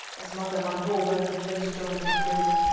as mother van hove and the twins joined the group,